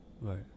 Right